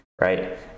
right